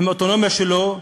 עם אוטונומיה שלו,